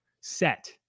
set